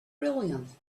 brilliance